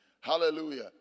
Hallelujah